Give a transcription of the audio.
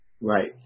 Right